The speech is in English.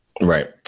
Right